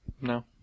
No